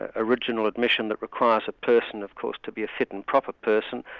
ah original admission that requires a person of course to be a fit and proper person,